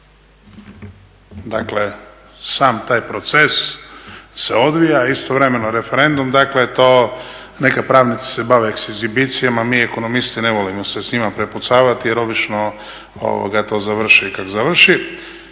Dakle sam taj proces se odvija, istovremeno referendum, to neka pravnici se bave egzibicijom, a mi ekonomisti ne volimo se s njima prepucavati jer obično to završi kako završi.